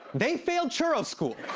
they failed churro school.